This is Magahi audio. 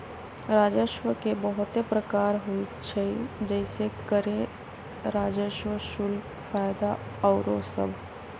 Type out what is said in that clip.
राजस्व के बहुते प्रकार होइ छइ जइसे करें राजस्व, शुल्क, फयदा आउरो सभ